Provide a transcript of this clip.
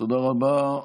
תודה רבה.